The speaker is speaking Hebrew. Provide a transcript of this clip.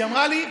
היא אמרה לי: